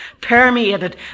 permeated